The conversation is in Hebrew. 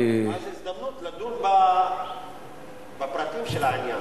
אני --- אז הזדמנות לדון בפרטים של העניין.